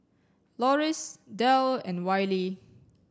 Loris Delle and Wylie